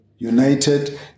united